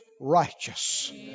righteous